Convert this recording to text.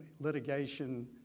litigation